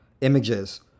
images